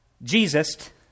Jesus